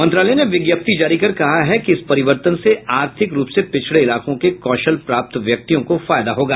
मंत्रालय ने विज्ञप्ति जारी कर कहा है कि इस परिवर्तन से आर्थिक रूप से पिछड़े इलाकों के कौशल प्राप्त व्यक्तियों को फायदा होगा